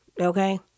okay